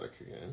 again